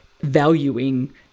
valuing